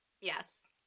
Yes